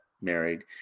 married